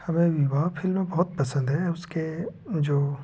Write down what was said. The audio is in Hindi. हमें विवाह फ़िल्में बहुत पसंद हैं उसके जो